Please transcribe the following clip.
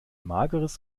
mageres